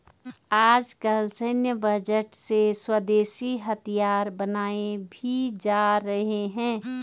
आजकल सैन्य बजट से स्वदेशी हथियार बनाये भी जा रहे हैं